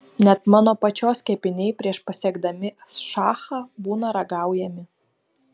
net mano pačios kepiniai prieš pasiekdami šachą būna ragaujami